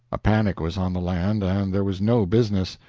a panic was on the land and there was no business.